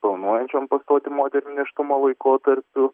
planuojančiom pastoti moterim nėštumo laikotarpiu